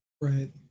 Right